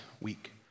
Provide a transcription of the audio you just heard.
week